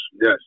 Yes